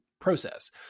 process